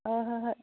ꯍꯣꯏ ꯍꯣꯏ ꯍꯣꯏ